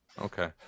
okay